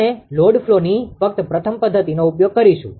આપણે લોડ ફ્લોની ફક્ત પ્રથમ પદ્ધતિનો ઉપયોગ કરીશું